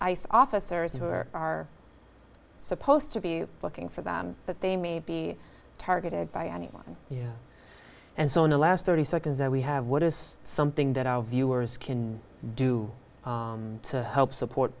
ice officers who are are supposed to be looking for them that they may be targeted by anyone and so in the last thirty seconds that we have what is something that our viewers can do to help support